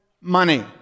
money